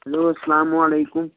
hello السَلامُ علیکم